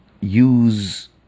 use